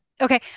Okay